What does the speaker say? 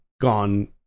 gone